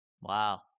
Wow